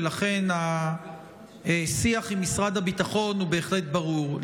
ולכן השיח עם משרד הביטחון בהחלט ברור.